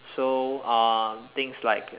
so uh things like